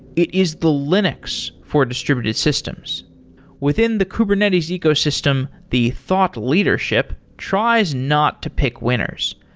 it is the linux for distributed systems within the kubernetes ecosystem, the thought leadership tries not to pick winners.